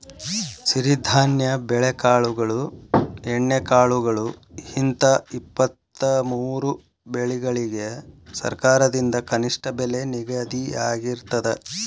ಸಿರಿಧಾನ್ಯ ಬೆಳೆಕಾಳುಗಳು ಎಣ್ಣೆಕಾಳುಗಳು ಹಿಂತ ಇಪ್ಪತ್ತಮೂರು ಬೆಳಿಗಳಿಗ ಸರಕಾರದಿಂದ ಕನಿಷ್ಠ ಬೆಲೆ ನಿಗದಿಯಾಗಿರ್ತದ